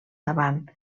davant